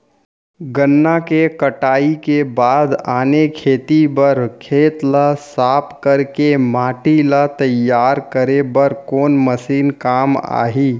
गन्ना के कटाई के बाद आने खेती बर खेत ला साफ कर के माटी ला तैयार करे बर कोन मशीन काम आही?